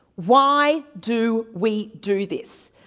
why do we do this?